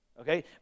Okay